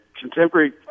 contemporary